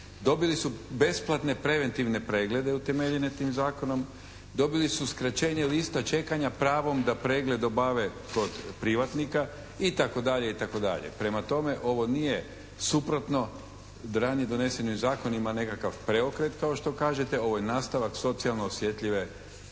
dobili su besplatne preventivne preglede utemeljene tim zakonom, dobili su skraćenje lista čekanja pravom da pregled obave kod privatnika itd. Prema tome, ovo nije suprotno …/Govornik se ne razumije/… donesen u zakonima nekakav preokret kao što kažete. Ovo je nastavak socijalno osjetljive politike